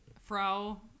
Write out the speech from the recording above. Frau